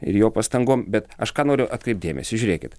ir jo pastangom bet aš ką noriu atkreipt dėmesį žiūrėkit